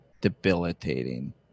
debilitating